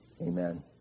Amen